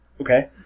Okay